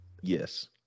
Yes